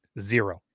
zero